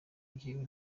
jyewe